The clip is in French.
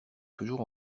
toujours